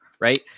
right